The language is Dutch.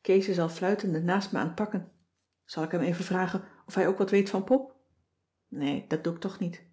ter heul fluitende naast me aan t pakken zal ik hem even vragen of hij ook wat weet van pop nee dat doe k toch niet